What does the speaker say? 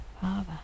Father